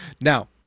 Now